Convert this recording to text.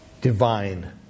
divine